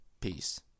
Peace